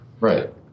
right